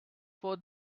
for